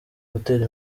gutera